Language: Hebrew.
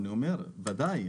ודאי.